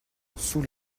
sous